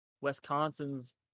Wisconsin's